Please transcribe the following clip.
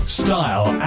style